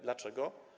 Dlaczego?